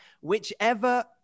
whichever